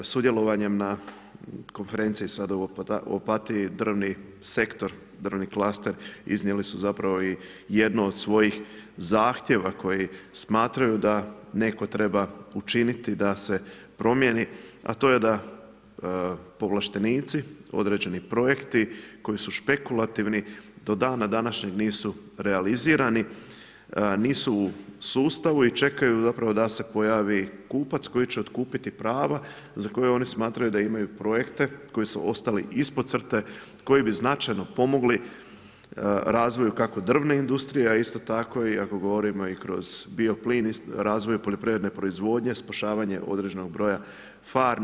Sudjelovanjem na konferenciji sada u Opatiji drvni sektor, drvni klaster iznijeli su jedno od svojih zahtjeva koji smatraju da netko treba učiniti da se promijeni, a to je da povlaštenici, određeni projekti koji su špekulativni do dana današnjeg nisu realizirani, nisu u sustavu i čekaju da se pojavi kupac koji će otkupiti prava za koje oni smatraju da imaju projekte koji su ostali ispod crte, koji bi značajno pomogli razvoju kako drvne industrije, a isto tako i ako govorimo i kroz bio plin i razvoj poljoprivredne proizvodnje, spašavanje određenog broja farmi.